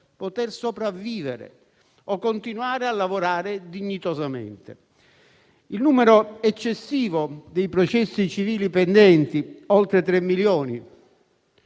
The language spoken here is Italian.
poter sopravvivere o continuare a lavorare dignitosamente. Il numero eccessivo dei processi civili pendenti (oltre 3 milioni